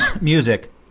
music